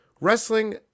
wrestling